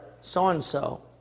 so-and-so